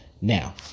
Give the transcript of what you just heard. now